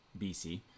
BC